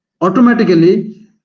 automatically